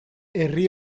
herri